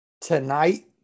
tonight